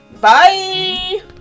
Bye